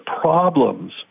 problems